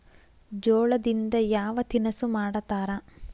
ಜೋಳದಿಂದ ಯಾವ ತಿನಸು ಮಾಡತಾರ?